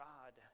God